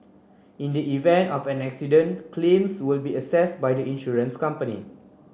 in the event of an accident claims will be assessed by the insurance company